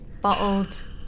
Bottled